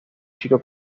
chico